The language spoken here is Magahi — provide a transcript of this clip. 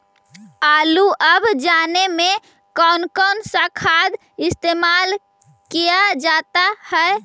आलू अब जाने में कौन कौन सा खाद इस्तेमाल क्या जाता है?